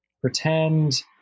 pretend